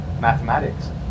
mathematics